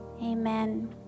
Amen